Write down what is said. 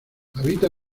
habita